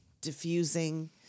diffusing